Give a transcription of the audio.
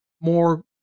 more